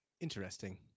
interesting